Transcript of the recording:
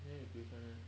then your tuition leh